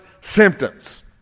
symptoms